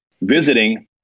visiting